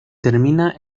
termina